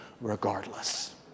regardless